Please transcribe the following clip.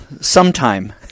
sometime